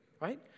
right